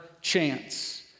chance